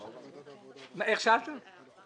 התשובה מהמועצה להשכלה גבוהה.